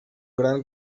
gran